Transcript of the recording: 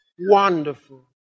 wonderful